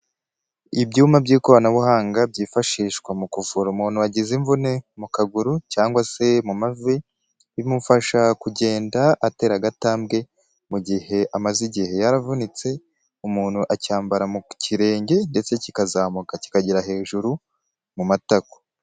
Ibyuma by'ikoranabuhanga byifashishwa mu kuvura umuntu wagiza imvune mu kaguru cyangwa se mu mavi bimufasha kugenda atera agatambwe mu gihe amaze igihe yaravunitse. Umuntu acyambara mu kirenge ndetse kikazamuka kikagira hejuru mu matako.